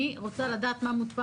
אני רוצה לדעת מה מוטמע